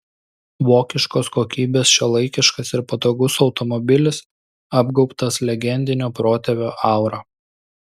vokiškos kokybės šiuolaikiškas ir patogus automobilis apgaubtas legendinio protėvio aura